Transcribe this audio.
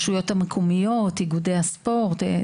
יום האישה בוועדה לפניות הציבור בנושא מחסור ואפליה במתקני ספורט לנשים.